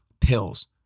pills